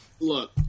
Look